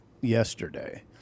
yesterday